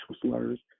slurs